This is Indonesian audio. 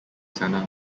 sana